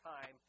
time